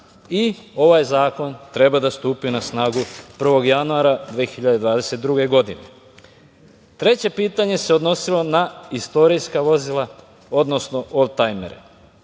Ovaj zakon treba da stupi na snagu 1. januara 2022. godine. Treće pitanje se odnosilo na istorijska vozila, odnosno oldtajmere.